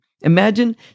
Imagine